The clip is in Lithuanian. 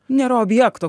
nėra objekto